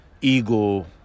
ego